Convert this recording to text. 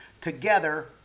together